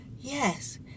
Yes